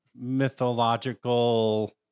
mythological